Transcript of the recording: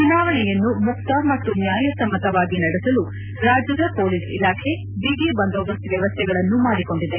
ಚುನಾವಣೆಯನ್ನು ಮುಕ್ತ ಮತ್ತು ನ್ಯಾಯಸಮ್ದತವಾಗಿ ನಡೆಸಲು ರಾಜ್ಯದ ಪೊಲೀಸ್ ಇಲಾಖೆ ಬಿಗಿ ಬಂದೋಬಸ್ತ್ ವ್ಯವಸ್ಥೆಗಳನ್ನು ಮಾಡಿಕೊಂಡಿದೆ